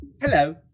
hello